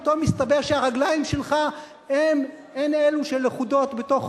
פתאום מסתבר שהרגליים שלך הן אלו שלכודות בתוך